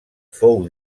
fou